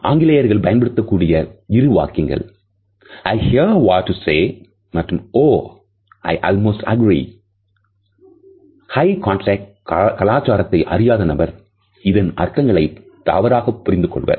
ஆங்கிலேயர்கள் பயன்படுத்தக்கூடிய இரு வாக்கியங்கள் "I hear what to say" மற்றும் "oh I almost agree" high contact கலாச்சாரத்தை அறியாத நபர் இதன் அர்த்தங்களை தவறாக புரிந்துகொள்வர்